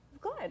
Good